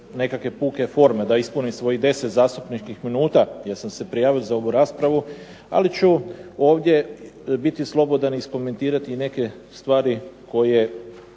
nekakve puke forme, da ispunim svojih 10 zastupničkih minuta jer sam se prijavil za ovu raspravu, ali ću ovdje biti slobodan iskomentirati neke stvri koje